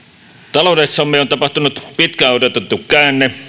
taloudessamme on tapahtunut pitkään odotettu käänne